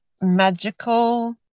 magical